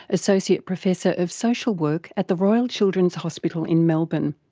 associate professor of social work at the royal children's hospital in melbourne.